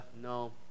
no